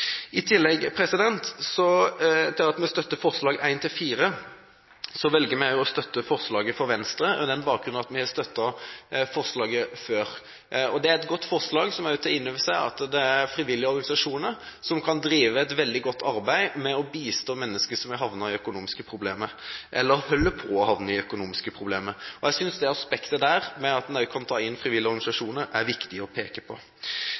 I tillegg til at vi støtter forslagene nr. 1–4, velger vi å støtte forslaget fra Venstre med den bakgrunn at vi har støttet forslaget før. Det er et godt forslag, som tar inn over seg at det er frivillige organisasjoner som kan drive et veldig godt arbeid med å bistå mennesker som er havnet i økonomiske problemer, eller holder på å havne i økonomiske problemer. Jeg synes aspektet med at en kan ta inn frivillige organisasjoner, er viktig å peke på.